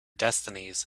destinies